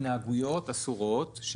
התנהגויות אסורות,